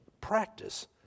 practice